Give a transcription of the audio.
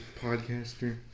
podcaster